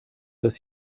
das